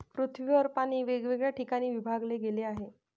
पृथ्वीवर पाणी वेगवेगळ्या ठिकाणी विभागले गेले आहे